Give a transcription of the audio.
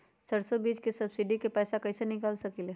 सरसों बीज के सब्सिडी के पैसा कईसे निकाल सकीले?